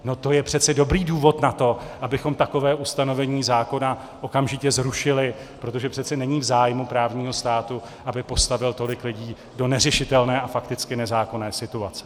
No to je přece dobrý důvod na to, abychom takové ustanovení zákona okamžitě zrušili, protože přece není v zájmu právního státu, aby postavil tolik lidí do neřešitelné a fakticky nezákonné situace.